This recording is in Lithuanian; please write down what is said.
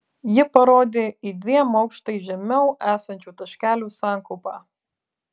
ji parodė į dviem aukštais žemiau esančių taškelių sankaupą